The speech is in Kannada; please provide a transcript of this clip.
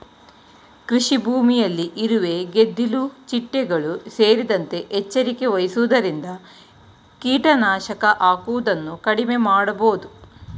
ಕೃಷಿಭೂಮಿಯಲ್ಲಿ ಇರುವೆ, ಗೆದ್ದಿಲು ಚಿಟ್ಟೆಗಳು ಸೇರಿದಂತೆ ಎಚ್ಚರಿಕೆ ವಹಿಸುವುದರಿಂದ ಕೀಟನಾಶಕ ಹಾಕುವುದನ್ನು ಕಡಿಮೆ ಮಾಡಬೋದು